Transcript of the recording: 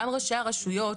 גם ראשי הרשויות,